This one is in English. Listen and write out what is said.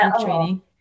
training